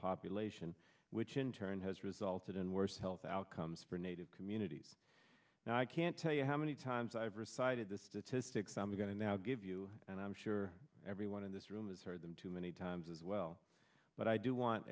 population which in turn has resulted in worse health outcomes for native communities now i can't tell you how many times i've ever cited the statistics i'm going to now give you and i'm sure everyone in this room has heard them too many times as well but i do want